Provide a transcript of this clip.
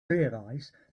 realized